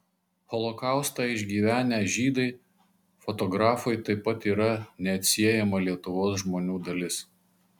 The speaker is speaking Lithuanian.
holokaustą išgyvenę žydai fotografui taip pat yra neatsiejama lietuvos žmonių dalis